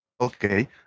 Okay